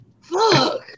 Fuck